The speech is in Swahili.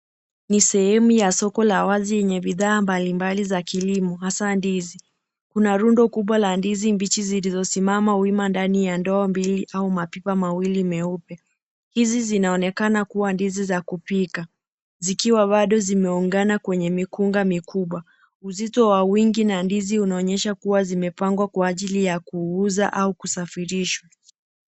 Ni sehemu ya soko la wazi yenye bidhaa mbalimbali za kilimo hasa ndizi. Kuna rundo kubwa la ndizi mbichi zilizosimama wima ndani ya ndoo mbili au mapipa mawili meupe. Hizi zinaonekana kuwa ndizi za kupika zikiwa bado zimeungana kwenye mikunga mikubwa. Uzito wa wingi na ndizi unaonyesha kuwa zimepangwa kwa ajili ya kuuza au kusafirisha.